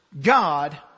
God